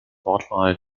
wortwahl